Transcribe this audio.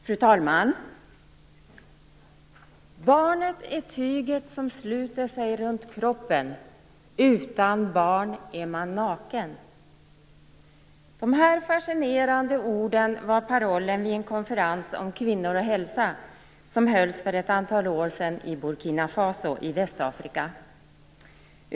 Fru talman! "Barnet är tyget som sluter sig runt kroppen, utan barn är man naken." De här fascinerande orden var parollen vid en konferens om kvinnor och hälsa som hölls för ett antal år sedan i Burkina Faso i Västafrika.